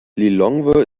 lilongwe